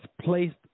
placed